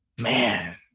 man